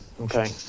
Okay